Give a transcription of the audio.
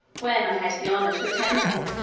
when i had the honour to attend him.